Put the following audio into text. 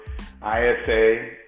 ISA